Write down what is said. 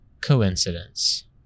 coincidence